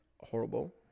horrible